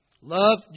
Love